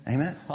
Amen